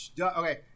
Okay